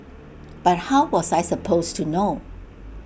but how was I supposed to know